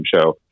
show